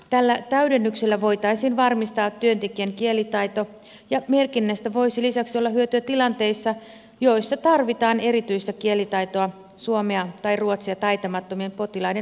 tällä täydennyksellä voitaisiin varmistaa työntekijän kielitaito ja merkinnästä voisi lisäksi olla hyötyä tilanteissa joissa tarvitaan erityistä kielitaitoa suomea tai ruotsia taitamattomien potilaiden hoitamiseksi